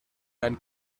man